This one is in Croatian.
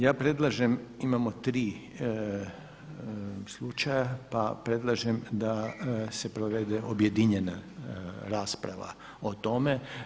Ja predlažem imamo tri slučaja pa predlažem da se provede objedinjena rasprava o tome.